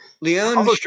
Leon